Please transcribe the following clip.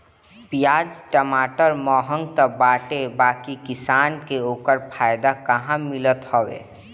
पियाज टमाटर महंग तअ बाटे बाकी किसानन के ओकर फायदा कहां मिलत हवे